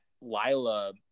Lila